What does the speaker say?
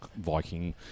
Viking